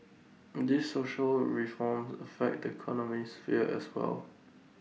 these social reforms affect the economic sphere as well